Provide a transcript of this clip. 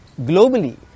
globally